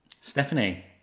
Stephanie